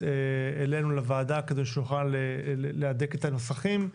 אלינו לוועדה כדי שנוכל להדק את הנוסחים,